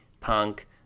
punk